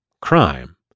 crime